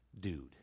dude